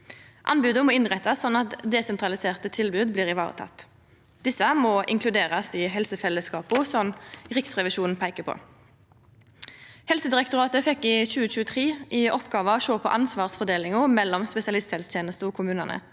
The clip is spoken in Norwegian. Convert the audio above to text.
Anboda må innrettast sånn at desentraliserte tilbod blir varetekne. Desse må inkluderast i helsefellesskapa, som Riksrevisjonen peikar på. Helsedirektoratet fekk i 2023 i oppgåve å sjå på ansvarsfordelinga mellom spesialisthelsetenesta og kommunane.